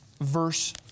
verse